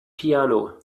piano